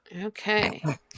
Okay